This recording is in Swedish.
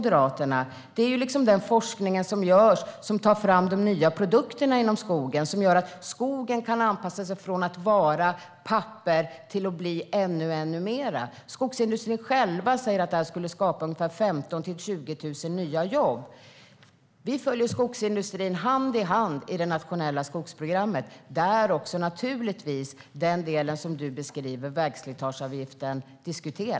Det är liksom den forskning som görs och som tar fram de nya produkterna inom skogen - de som gör att skogen kan anpassas från att vara papper till att bli ännu mer. Skogsindustrin själv säger att det skulle skapa 15 000-20 000 nya jobb. Vi följer skogsindustrin hand i hand i det nationella skogsprogrammet. Där diskuteras naturligtvis även den del Lars Hjälmered beskriver, det vill säga vägslitageavgiften.